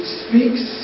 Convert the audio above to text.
speaks